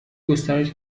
گسترش